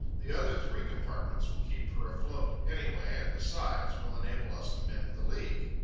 the other three compartments will keep her afloat, anyway, and, besides, will enable us to mend the leak.